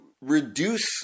reduce